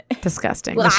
disgusting